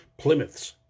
Plymouths